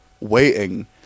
waiting